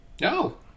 No